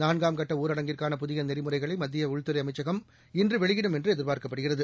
நான்காம் கட்ட ஊரடங்கிற்கான புதிய நெறிமுறைகளை மத்திய உள்துறை அமைச்சகம் இன்று வெளியிடும் என்று எதிர்பார்க்கப்படுகிறது